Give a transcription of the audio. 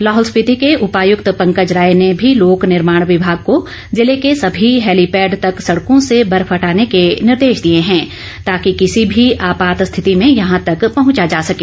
लाहौल स्पीति के उपायक्त पंकज राय ने भी लोक निर्माण विभाग को जिले के समी हेलीपेड तक सड़कों से बर्फ हटाने के निर्देश दिए हैं ताकि किसी भी आपात रिथिति में यहां तक पहुंचा जा सके